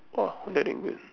!wah! very good